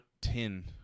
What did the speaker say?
Ten